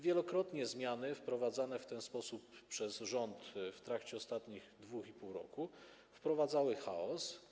Wielokrotnie zmiany wprowadzane w ten sposób przez rząd w trakcie ostatniego 2,5 roku wprowadzały chaos.